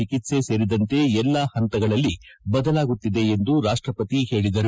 ಚಿಕಿತ್ಸೆ ಸೇರಿದಂತೆ ಎಲ್ಲಾ ಪಂತಗಳಲ್ಲಿ ಬದಲಾಗುತ್ತಿದೆ ಎಂದು ರಾಷ್ಟಪತಿ ಹೇಳಿದರು